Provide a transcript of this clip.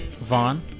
Vaughn